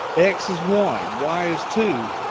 x is one, y is two,